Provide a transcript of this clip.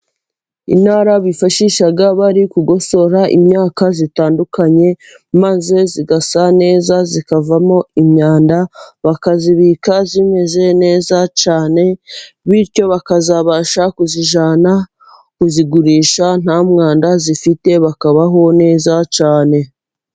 Intara bifashisha bari gugosora imyaka itandukanye, maze igasa neza ikavamo imyanda bakayibika imeze neza cyane, bityo bakazabasha kuzijyana kuyigurisha nta mwanda ifite, bakabaho neza cyane.